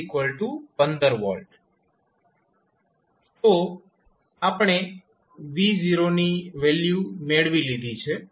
તો આપણે v ની વેલ્યુ મેળવી લીધી છે